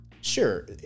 sure